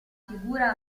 figura